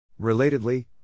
Relatedly